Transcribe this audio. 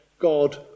God